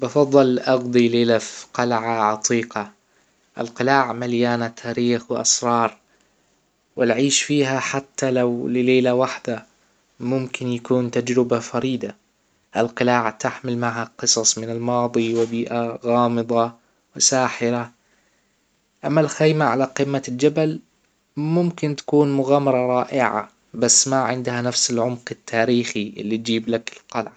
بفضل أقضى ليلة فى قلعة عتيقة القلاع مليانه تاريخ و أسرار والعيش فيها حتى لو لليلة واحده ممكن يكون تجربة فريدة القلاع تحمل معها قصص من الماضى و بيئه غامضه وساحرة أما الخيمة على قمة الجبل ممكن تكون مغامرة رائعه بس ما عندها نفس العمق التاريخى اللى تجيبلك القلعة